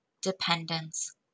dependence